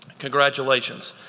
congratulations.